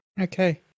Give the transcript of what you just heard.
okay